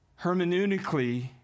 Hermeneutically